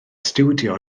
stiwdio